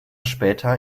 später